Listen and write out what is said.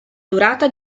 durata